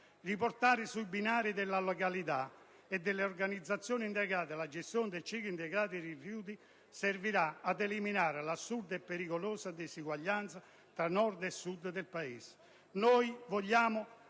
Riportare sui binari della legalità e dell'organizzazione integrata la gestione del ciclo dei rifiuti servirà anche ad eliminare l'assurda e pericolosa diseguaglianza tra il Nord e il Sud del Paese.